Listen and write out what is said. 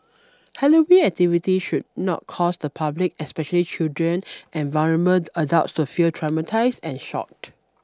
Halloween activities should not cause the public especially children and adults to feel traumatised and shocked